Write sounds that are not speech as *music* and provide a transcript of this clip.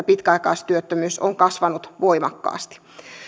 *unintelligible* pitkäaikaistyöttömyys on kasvanut voimakkaasti